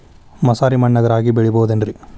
ಮಸಾರಿ ಮಣ್ಣಾಗ ರಾಗಿ ಬೆಳಿಬೊದೇನ್ರೇ?